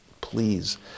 Please